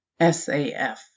SAF